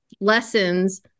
lessons